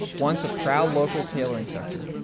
once a proud, local tailoring sector,